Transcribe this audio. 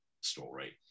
story